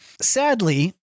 Sadly